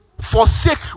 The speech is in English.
forsake